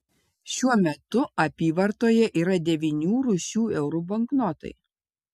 šiuo metu apyvartoje yra devynių rūšių eurų banknotai